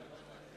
הכנסת,